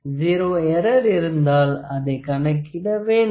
zero error இருந்தால் அதை கணக்கிட வேண்டும்